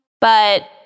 But-